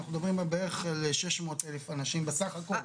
אנחנו מדברים על בערך 600 אלף בסך הכול,